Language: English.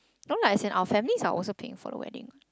no like as in our family are also paying for the wedding